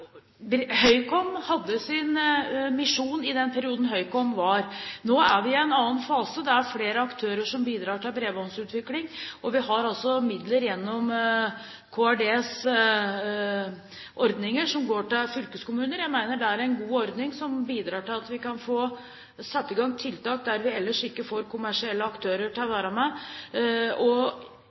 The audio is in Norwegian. Ja, Høykom hadde sin misjon i den perioden Høykom var. Nå er vi i en annen fase. Det er flere aktører som bidrar til bredbåndsutvikling, og vi har midler gjennom Kommunal- og regionaldepartementets ordninger som går til fylkeskommuner. Jeg mener det er en god ordning, som bidrar til at vi kan få satt i gang tiltak der vi ellers ikke får kommersielle aktører